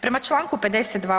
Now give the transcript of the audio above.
Prema čl. 52.